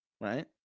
Right